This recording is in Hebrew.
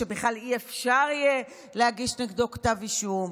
שבכלל לא יהיה אפשר להגיש נגדו כתב אישום,